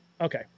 Okay